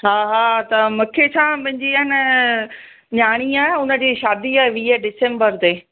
हा हा त मूंखे छा मुंहिंजी आहे न नियाणी आहे हुनजी शादी आहे वीह दिसम्बर ते